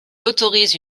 autorise